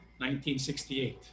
1968